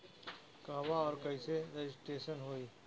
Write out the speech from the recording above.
कहवा और कईसे रजिटेशन होई?